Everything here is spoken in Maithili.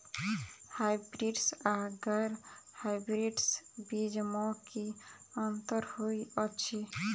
हायब्रिडस आ गैर हायब्रिडस बीज म की अंतर होइ अछि?